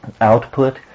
Output